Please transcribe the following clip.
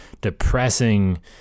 depressing